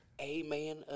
Amen